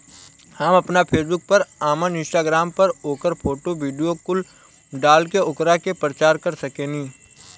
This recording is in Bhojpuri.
हम आपना फेसबुक पर, आपन इंस्टाग्राम पर ओकर फोटो, वीडीओ कुल डाल के ओकरा के प्रचार कर सकेनी